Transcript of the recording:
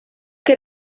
que